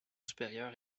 supérieur